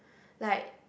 like